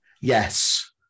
Yes